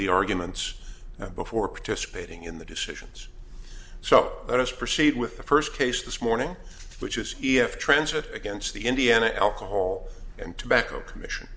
the arguments before participating in the decisions so let us proceed with the first case this morning which is if transferred against the indiana alcohol and tobacco commission